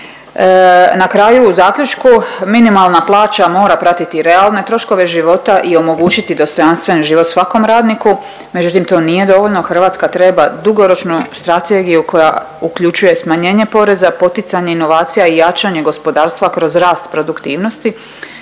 Na kraju u zaključku, minimalna plaća mora pratiti realne troškove života i omogućiti dostojanstven život svakom radniku. Međutim to nije dovoljno, Hrvatska treba dugoročnu strategiju koja uključuje smanjenje poreza, poticanje inovacija i jačanje gospodarstva kroz rast produktivnosti.